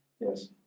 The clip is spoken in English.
Yes